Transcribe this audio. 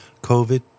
covid